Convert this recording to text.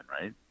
right